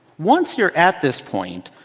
once you're at this point,